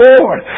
Lord